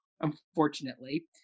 unfortunately